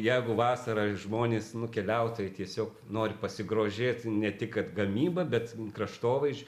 jeigu vasarą žmonės nu keliautojai tiesiog nori pasigrožėti ne tik kad gamyba bet kraštovaizdžiu